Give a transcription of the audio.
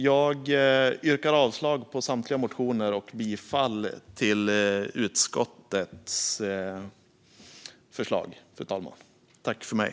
Jag yrkar avslag på samtliga motioner och bifall till utskottets förslag, fru talman.